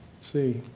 see